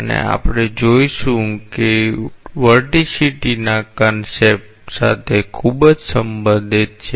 અને આપણે જોઈશું કે તે વર્ટિસિટીના કોન્સેપ્ટ સાથે ખૂબ જ સંબંધિત છે